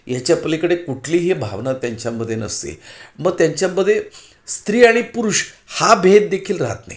ह्याच्या पलीकडे कुठलीही भावना त्यांच्यामध्ये नसते मग त्यांच्यामध्ये स्त्री आणि पुरुष हा भेददेखील राहत नाही